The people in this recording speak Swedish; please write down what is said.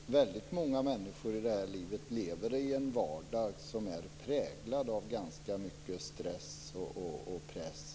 Fru talman! Väldigt många människor lever i en vardag präglad av ganska mycket stress och press.